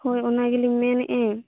ᱦᱳᱭ ᱚᱱᱟ ᱜᱮᱞᱤᱧ ᱢᱮᱱᱮᱫᱼᱟ